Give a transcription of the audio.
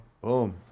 boom